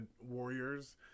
warriors